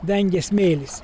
dengė smėlis